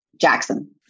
Jackson